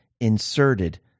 inserted